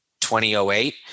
2008